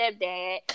stepdad